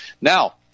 Now